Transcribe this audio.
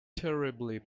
terribly